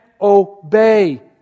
obey